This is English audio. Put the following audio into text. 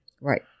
Right